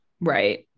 right